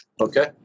Okay